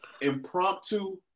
Impromptu